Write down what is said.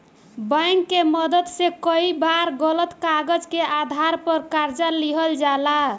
bank के मदद से कई बार गलत कागज के आधार पर कर्जा लिहल जाला